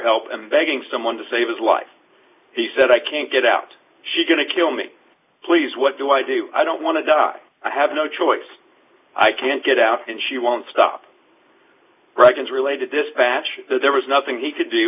help and begging someone to save his life he said i can't get out she's going to kill me please what do i do i don't want to die i have no choice i can't get out and she won't stop reckons related dispatch there was nothing he could do